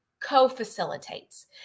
co-facilitates